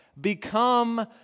become